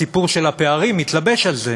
הסיפור של הפערים מתלבש על זה,